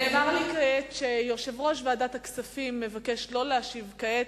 נאמר לי כעת שיושב-ראש ועדת הכספים מבקש שלא להשיב כעת,